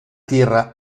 tierra